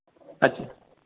अच्छा